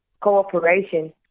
cooperation